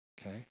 Okay